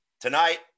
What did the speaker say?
Tonight